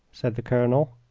said the colonel.